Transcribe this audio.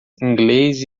inglês